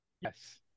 Yes